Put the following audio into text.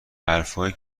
حرفهایی